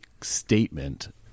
statement